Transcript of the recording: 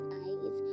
eyes